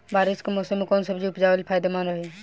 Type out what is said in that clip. बारिश के मौषम मे कौन सब्जी उपजावल फायदेमंद रही?